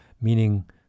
meaning